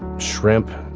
shrimp,